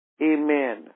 Amen